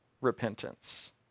repentance